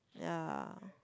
ya